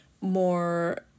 more